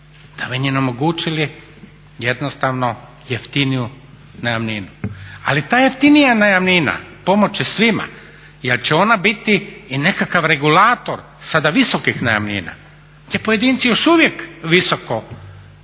da bi im omogućili jednostavno jeftiniju najamninu. Ali ta jeftinija najamnina pomoći će svima jer će ona biti i nekakav regulator sada visokih najamnina jer pojedinci još uvijek visoko cijene